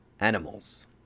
animals